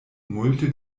multe